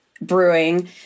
Brewing